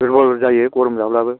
दुरबल जायो गरम जाब्लाबो